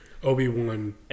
Obi-Wan